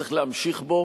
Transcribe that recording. שצריך להמשיך בו,